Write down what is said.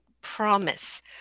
promise